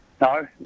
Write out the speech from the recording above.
No